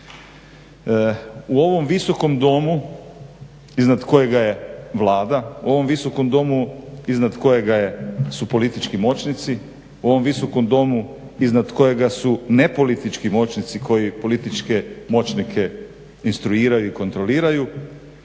U ovom Visokom domu iznad koga je Vlada, u ovom Visokom domu iznad kojega su politički moćnici, u ovom Visokom domu iznad kojega su nepolitički moćnici koji političke moćnike instruiraju i kontroliraju,